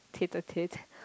tater tate